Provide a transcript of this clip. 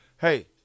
hey